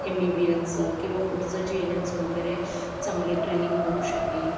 एमबीबीएसचं किंवा पुढचं जीएनएमचं वगैरे चांगलं ट्रेनिंग करू शकेल